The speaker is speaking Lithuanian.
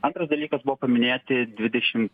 antras dalykas buvo paminėti dvidešim